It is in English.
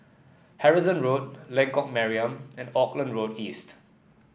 Harrison Road Lengkok Mariam and Auckland Road East